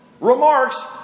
Remarks